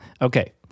Okay